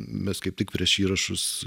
mes kaip tik prieš įrašus